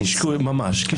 זה קשקוש ממש.